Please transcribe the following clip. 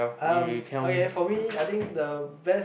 um okay for me I think the best